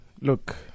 look